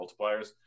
multipliers